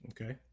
Okay